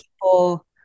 people